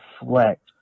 reflect